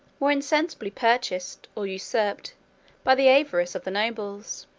were insensibly purchased or usurped by the avarice of the nobles